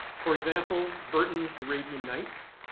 for example, burton's arabian nights,